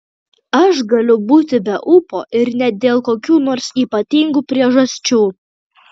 aš galiu būti be ūpo ir ne dėl kokių nors ypatingų priežasčių